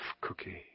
cookie